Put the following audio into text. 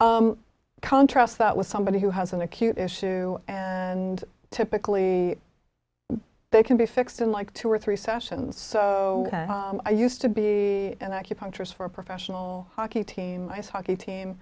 right contrast that with somebody who has an acute issue and typically they can be fixed in like two or three sessions so i used to be an acupuncturist for a professional hockey team ice hockey team